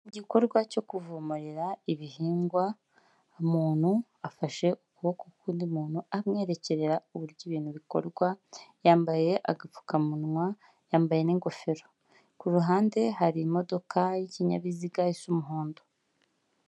Igikorwa cyo kuvomerera ibihingwa, umuntu afashe ukuboko k'undi muntu amwerekera uburyo ibintu bikorwa, yambaye agapfukamunwa yambaye n'igofero kuruhande hari imodoka y'ikinyabiziga isa umuhondo.